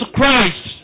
Christ